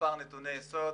במספר נתוני יסוד: